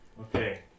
Okay